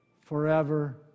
forever